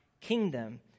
kingdom